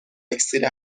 اکسیر